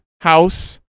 house